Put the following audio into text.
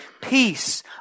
peace